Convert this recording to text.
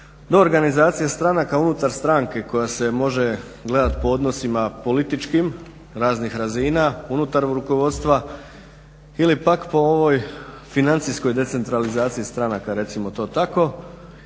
do organizacije stranaka unutar stranke koja se može gledat po odnosima političkim raznih razina unutar rukovodstva ili pak po ovoj financijskoj decentralizaciji stranaka recimo to tako,